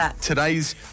today's